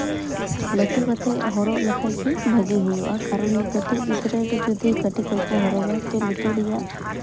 ᱞᱟᱹᱴᱩ ᱠᱟᱛᱮᱫ ᱦᱚᱨᱚᱜ ᱞᱮᱠᱷᱟᱡ ᱜᱮ ᱵᱷᱟᱹᱜᱤ ᱦᱩᱭᱩᱜᱼᱟ ᱠᱟᱨᱚᱱ ᱠᱟᱹᱴᱤᱡ ᱜᱤᱫᱽᱨᱟᱹ ᱨᱮ ᱡᱩᱫᱤ ᱠᱟᱹᱴᱤᱡ ᱠᱷᱚᱡ ᱠᱚ ᱦᱚᱨᱚᱜᱟ ᱛᱳ ᱞᱩᱛᱩᱨ ᱨᱮᱭᱟᱜ